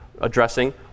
addressing